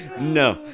No